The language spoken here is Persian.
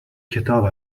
کتاب